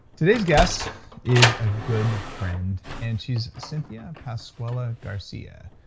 today's guest is a good friend, and she's cynthia pasquella garcia,